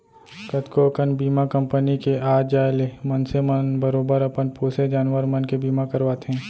कतको कन बीमा कंपनी के आ जाय ले मनसे मन बरोबर अपन पोसे जानवर मन के बीमा करवाथें